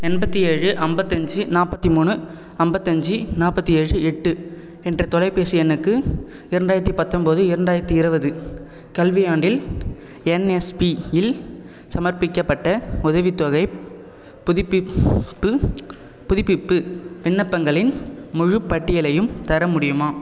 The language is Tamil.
எண்பத்தி ஏழு ஐம்பத்தஞ்சி நாற்பத்தி மூணு ஐம்பத்தஞ்சி நாற்பத்தி ஏழு எட்டு என்ற தொலைபேசி எண்ணுக்கு இரண்டாயிரத்தி பத்தொம்போது இரண்டாயிரத்தி இருபது கல்வியாண்டில் என்எஸ்பியில் சமர்ப்பிக்கப்பட்ட உதவித்தொகைப் புதுப்பிப்பு புதுப்பிப்பு விண்ணப்பங்களின் முழுப்பட்டியலையும் தர முடியுமா